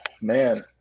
Man